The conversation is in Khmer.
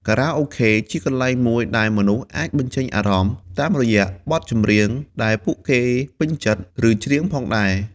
ខារ៉ាអូខេជាកន្លែងមួយដែលមនុស្សអាចបញ្ចេញអារម្មណ៍ តាមរយៈបទចម្រៀងដែលពួកគេពេញចិត្ត ឬច្រៀងផងដែរ។